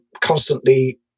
constantly